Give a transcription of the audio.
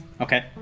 Okay